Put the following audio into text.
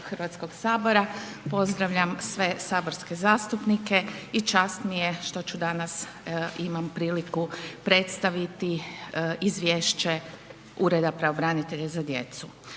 Hrvatskog sabora, pozdravljam sve saborske zastupnike i čast mi je što ću danas i imam priliku predstaviti Izvješće Ureda pravobranitelja za djecu.